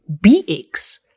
BX